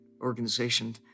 organization